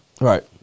right